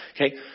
Okay